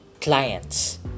clients